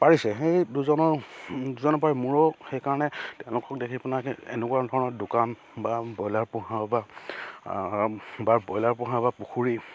পাৰিছে সেই দুজনৰ দুজনৰপাই মোৰো সেইকাৰণে তেওঁলোকক দেখি পেনাই এনেকুৱা ধৰণৰ দোকান বা ব্ৰইলাৰ পোহাও বা ব্ৰইলাৰ পোহা বা পুখুৰী